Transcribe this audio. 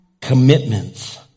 commitments